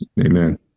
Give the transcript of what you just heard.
amen